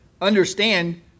understand